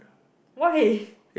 why